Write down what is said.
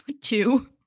Two